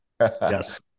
Yes